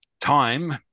time